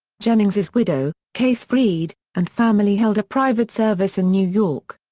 jennings's widow, kayce freed, and family held a private service in new york.